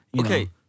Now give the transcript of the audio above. okay